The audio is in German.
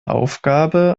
aufgabe